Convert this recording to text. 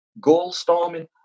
goal-storming